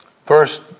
First